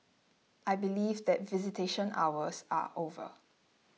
I believe that visitation hours are over